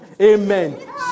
Amen